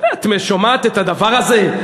את שומעת את הדבר הזה?